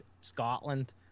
Scotland